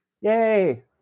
yay